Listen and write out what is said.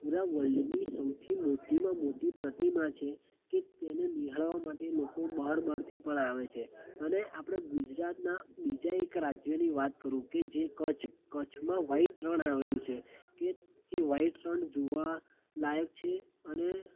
પૂરા વર્લ્ડની સૌથી મોટીમાં મોટી પ્રતિમા છે કે તેને નિહાળવા માટે લોકો બહાર બહારથી પણ આવે છે અને આપણે ગુજરાતના બીજા એક રાજ્યની વાત કરું કે જે કચ્છ કચ્છમાં વાઈટ રણ આવેલું છે કે એ વાઈટ રણ જોવાલાયક છે અને